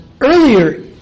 earlier